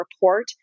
report